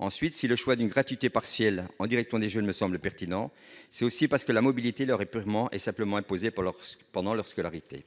Ensuite, si le choix d'une gratuité partielle en direction des jeunes me semble pertinent, c'est aussi parce que la mobilité leur est purement et simplement imposée pendant leur scolarité !